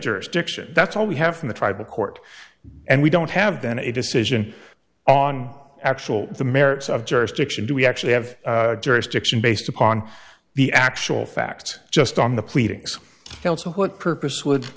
jurisdiction that's all we have from the tribal court and we don't have then a decision on actual the merits of jurisdiction do we actually have jurisdiction based upon the actual facts just on the pleadings to what purpose wo